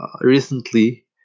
recently